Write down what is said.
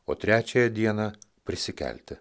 o trečiąją dieną prisikelti